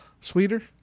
sweeter